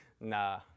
nah